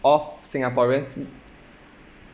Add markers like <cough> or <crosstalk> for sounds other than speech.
of singaporeans <noise>